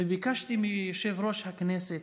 ביקשתי מיושב-ראש הכנסת,